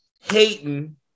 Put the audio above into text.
hating